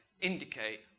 indicate